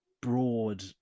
broad